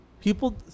People